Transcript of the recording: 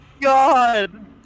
god